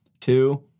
Two